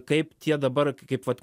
kaip tie dabar kaip vat